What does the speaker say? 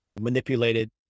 manipulated